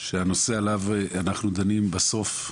שהנושא עליו אנחנו דנים, בסוף,